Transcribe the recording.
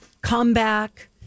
comeback